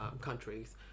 countries